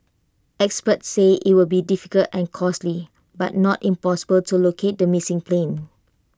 experts say IT will be difficult and costly but not impossible to locate the missing plane